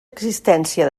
existència